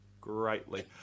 greatly